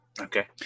Okay